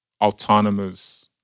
autonomous